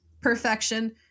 perfection